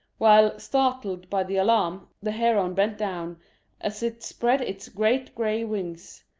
while, startled by the alarm, the heron bent down as it spread its great gray wing's,